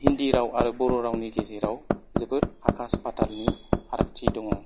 हिन्दी राव आरो बर' रावनि गेजेराव जोबोद आखास फाथालनि फारागथि दङ